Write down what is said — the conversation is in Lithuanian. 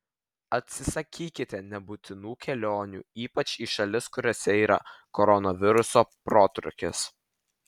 atsisakykite nebūtinų kelionių ypač į šalis kuriose yra koronaviruso protrūkis